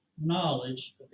knowledge